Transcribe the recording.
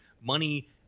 Money